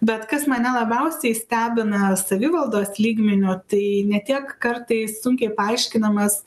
bet kas mane labiausiai stebina savivaldos lygmeniu tai ne tiek kartais sunkiai paaiškinamas